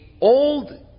old